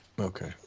Okay